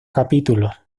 capítulos